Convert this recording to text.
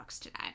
today